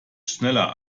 schneller